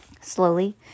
Slowly